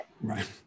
right